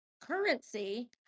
currency